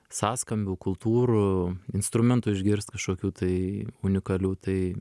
sąskambių kultūrų instrumentų išgirst kažkokių tai unikalių tai